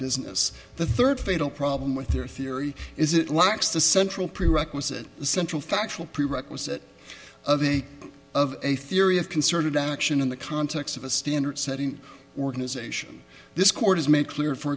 business the third fatal problem with their theory is it lacks the central prerequisite the central factual prerequisite of any of a theory of concerted action in the context of a standard setting organization this can it is made clear for